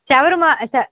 shawarma ஷ